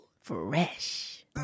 Fresh